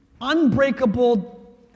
unbreakable